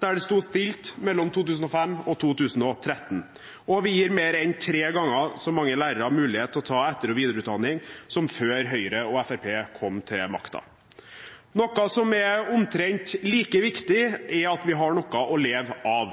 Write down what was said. der det sto stille mellom 2005 og 2013, og vi gir mer enn tre ganger så mange lærere mulighet til å ta etter- og videreutdanning som før Høyre og Fremskrittspartiet kom til makten. Noe som er omtrent like viktig, er at vi har noe å leve av,